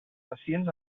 pacients